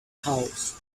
house